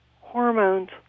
hormones